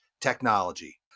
technology